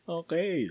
okay